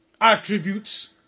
Attributes